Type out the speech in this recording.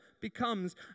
becomes